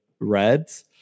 Reds